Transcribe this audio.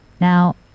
Now